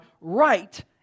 right